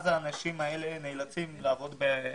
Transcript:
אז האנשים האלה נאלצים לעבוד אחרות.